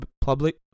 public